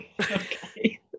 Okay